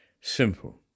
simple